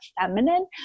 feminine